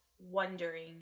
wondering